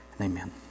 Amen